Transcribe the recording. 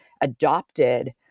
adopted